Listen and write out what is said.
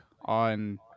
on